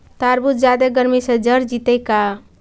तारबुज जादे गर्मी से जर जितै का?